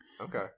Okay